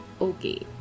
Okay